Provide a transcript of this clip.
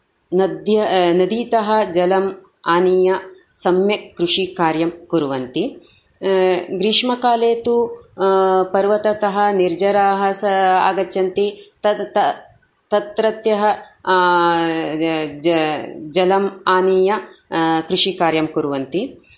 नद्य नदीतः जलम् आनीय सम्यक् कृषिकार्यं कुर्वन्ति ग्रीष्मकाले तु पर्वतात् निर्झराः आगच्छन्ति तत्रत्यः जलम् आनीय कृषिकार्यं कुर्वन्ति